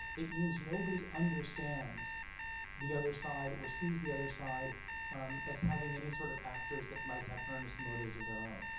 it means nobody understands the other side or sees the other side as having any sort of actors that might have earnest motives of their own.